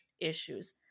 issues